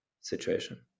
situation